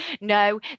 no